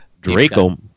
Draco